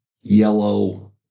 yellow